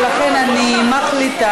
ולכן אני מחליטה.